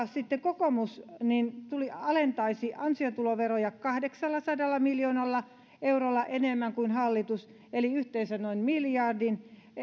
sitten taas kokoomus alentaisi ansiotuloveroja kahdeksallasadalla miljoonalla eurolla enemmän kuin hallitus eli yhteensä noin miljardin